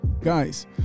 Guys